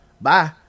Bye